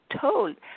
told